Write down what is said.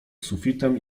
sufitem